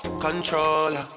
controller